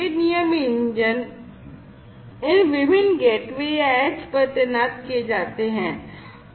ये नियम इंजन इन विभिन्न गेटवे या एज पर तैनात किए जाते हैं